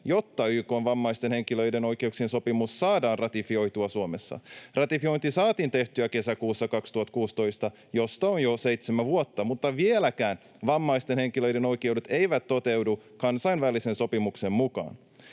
jotta YK:n vammaisten henkilöiden oikeuksien sopimus saadaan ratifioitua Suomessa. Ratifiointi saatiin tehtyä kesäkuussa 2016, josta on jo seitsemän vuotta, mutta vieläkään vammaisten henkilöiden oikeudet eivät toteudu kansainvälisen sopimuksen mukaan.